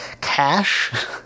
cash